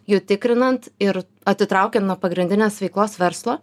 jų tikrinant ir atitraukia nuo pagrindinės veiklos verslo